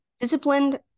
Disciplined